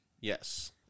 Yes